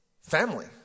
family